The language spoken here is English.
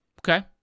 Okay